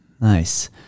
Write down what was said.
Nice